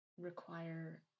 require